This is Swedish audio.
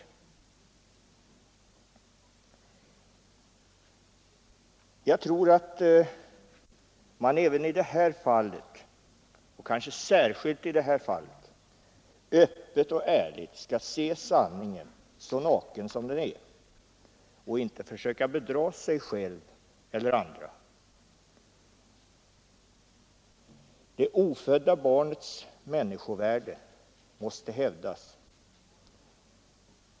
Jag tror att man alltid, och särskilt i detta fall, öppet och ärligt skall se sanningen så naken som den är och inte försöka bedra sig själv eller andra. Det ofödda barnets människovärde måste hävdas.